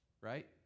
right